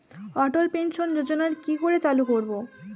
অটল pension যোজনার কি করে চালু করব?